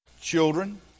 children